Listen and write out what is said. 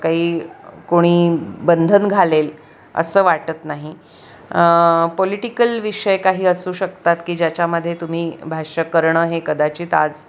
काही कोणी बंधन घालेल असं वाटत नाही पोलिटिकल विषय काही असू शकतात की ज्याच्यामध्ये तुम्ही भाष्य करणं हे कदाचित आज